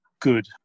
good